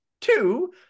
two